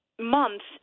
months